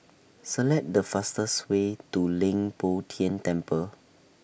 Select The fastest Way to Leng Poh Tian Temple